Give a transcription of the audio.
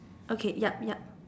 okay yep yep